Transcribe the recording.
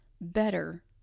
better